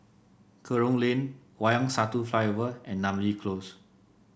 Kerong Lane Wayang Satu Flyover and Namly Close